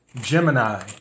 Gemini